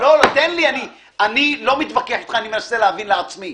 אני לא מתווכח איתך, אני מנסה להבין לעצמי.